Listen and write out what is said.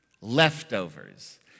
Leftovers